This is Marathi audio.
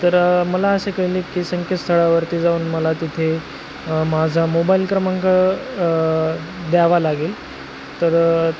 तर मला असे कळले की संकेतस्थळावरती जाऊन मला तिथे माझा मोबाईल क्रमांक द्यावा लागेल तर